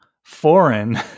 foreign